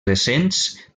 recents